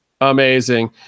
Amazing